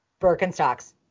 Birkenstocks